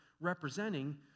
representing